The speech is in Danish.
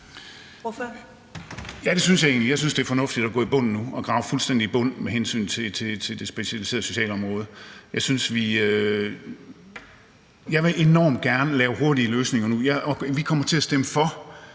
Jeg synes, det er fornuftigt at grave fuldstændig i bund med hensyn til det specialiserede socialområde. Jeg vil enormt gerne lave hurtige løsninger nu. Vi kommer til at stemme for